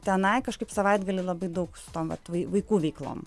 tenai kažkaip savaitgalį labai daug su tom vat vai vaikų veiklom